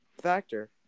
factor